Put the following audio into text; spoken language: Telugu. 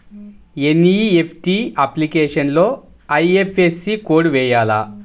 ఎన్.ఈ.ఎఫ్.టీ అప్లికేషన్లో ఐ.ఎఫ్.ఎస్.సి కోడ్ వేయాలా?